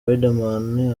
riderman